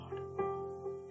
Lord